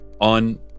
on